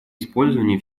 использования